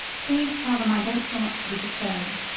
please tell them i don't want to be disturbed.